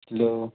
hello